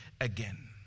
again